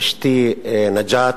אשתי נג'את,